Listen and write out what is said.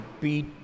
beat